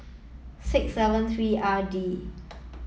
six seven three R D